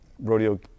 Rodeo